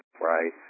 right